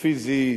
הפיזית,